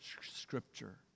Scripture